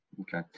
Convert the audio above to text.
Okay